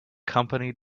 company